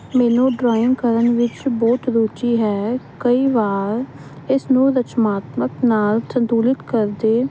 ਮੈਨੂੰ ਡਰਾਇੰਗ ਕਰਨ ਵਿੱਚ ਬਹੁਤ ਰੁਚੀ ਹੈ ਕਈ ਵਾਰ ਇਸ ਨੂੰ ਰਚਨਾਤਮਕ ਨਾਲ ਸੰਤੁਲਿਤ ਕਰਦੇ